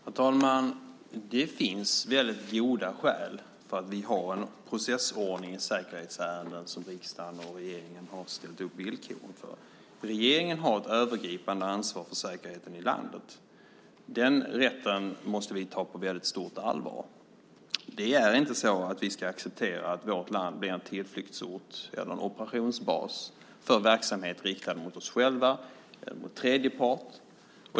Herr talman! Det finns väldigt goda skäl för att vi har en processordning i säkerhetsärenden som riksdagen och regeringen har ställt upp villkoren för. Regeringen har ett övergripande ansvar för säkerheten i landet. Den rätten måste vi ta på väldigt stort allvar. Vi ska inte acceptera att vårt land blir en tillflyktsort eller en operationsbas för verksamhet riktad mot oss själva eller mot tredje part.